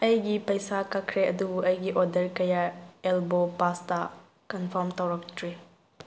ꯑꯩꯒꯤ ꯄꯩꯁꯥ ꯀꯛꯈ꯭ꯔꯦ ꯑꯗꯨꯕꯨ ꯑꯩꯒꯤ ꯑꯣꯗꯔ ꯀꯌꯥ ꯑꯦꯜꯕꯣ ꯄꯥꯁꯇ ꯀꯟꯐꯥꯝ ꯇꯧꯔꯛꯇ꯭ꯔꯤ